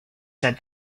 said